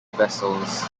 vessels